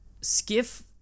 Skiff